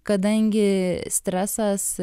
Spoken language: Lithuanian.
kadangi stresas